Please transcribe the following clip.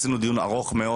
עשינו דיון ארוך מאוד.